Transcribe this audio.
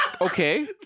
Okay